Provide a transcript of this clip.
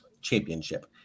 Championship